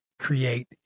create